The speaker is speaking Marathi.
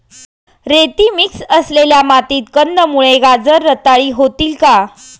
रेती मिक्स असलेल्या मातीत कंदमुळे, गाजर रताळी होतील का?